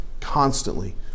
constantly